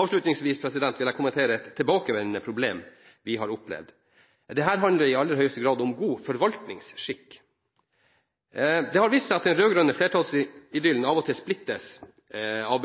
Avslutningsvis vil jeg kommentere et tilbakevendende problem vi har opplevd, og det handler i aller høyeste grad om god forvaltningsskikk. Det har vist seg at den rød-grønne flertallsidyllen av og til splittes av